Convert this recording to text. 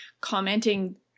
commenting